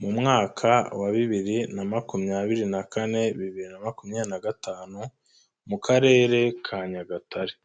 mu mwaka wa bibiri na makumyabiri na kane bibiri na makumyabiri nagatanu, mu Karere ka Nyagatare.